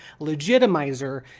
legitimizer